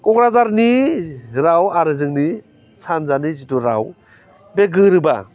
क'क्राझारनि राव आरो जोंनि सानजानि जिथु राव बे गोरोबा